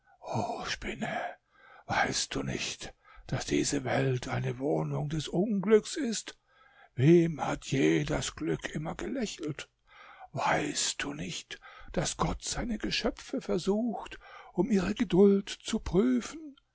spinne weißt du nicht daß diese welt eine wohnung des unglücks ist wem hat je das glück immer gelächelt weißt du nicht daß gott seine geschöpfe versucht um ihre geduld zu prüfen